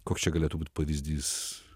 koks čia galėtų būt pavyzdys